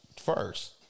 first